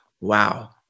Wow